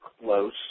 close